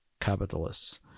capitalists